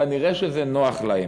כנראה שזה נוח להם.